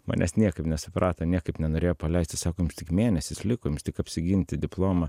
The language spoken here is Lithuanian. manęs niekaip nesuprato niekaip nenorėjo paleisti sako jums tik mėnesis liko jums tik apsiginti diplomą